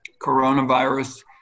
coronavirus